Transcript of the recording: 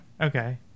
Okay